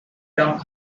down